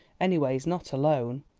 any ways not alone.